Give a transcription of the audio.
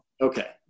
Okay